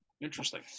interesting